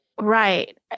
right